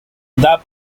the